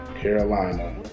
Carolina